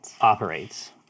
operates